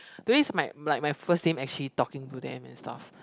today is my like my first time actually talking to them and stuff